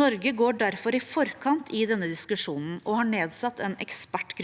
Norge går derfor i forkant i denne diskusjonen og har nedsatt en ekspertgruppe